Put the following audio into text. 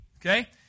okay